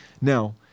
Now